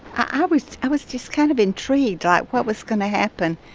i was i was just kind of intrigued. like, what was going to happen?